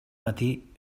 matí